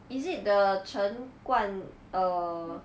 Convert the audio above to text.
is it the 陈冠 err